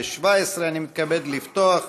אני מתכבד לפתוח